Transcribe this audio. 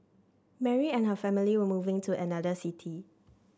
Mary and her family were moving to another city